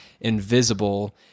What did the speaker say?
invisible